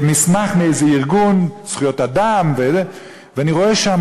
מסמך מאיזה ארגון זכויות אדם ואני רואה שם